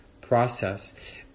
process